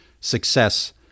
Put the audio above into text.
success